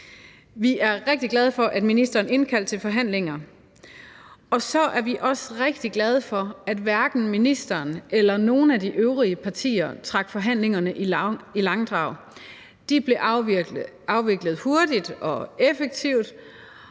Vi er rigtig glade for, at ministeren indkaldte til forhandlinger, og så er vi også rigtig glade for, at hverken ministeren eller nogen af de øvrige partier trak forhandlingerne i langdrag. De blev afviklet hurtigt og effektivt,